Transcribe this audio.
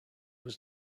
was